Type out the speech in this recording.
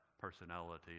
personality